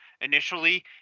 initially